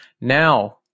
now